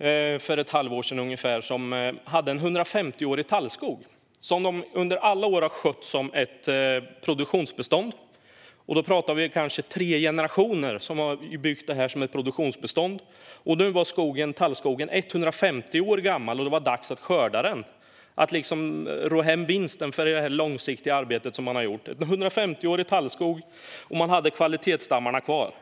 ungefär ett halvår sedan med en skogsägare som hade en 150årig tallskog, som man under alla år hade skött som ett produktionsbestånd. Vi talar om kanske tre generationer som byggt upp detta som ett produktionsbestånd. Nu var det dags att skörda den 150 år gamla skogen och ta hem vinsten för det långsiktiga arbete man gjort. Man hade kvalitetsstammarna kvar.